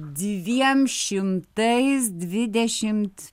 dviem šimtais dvidešimt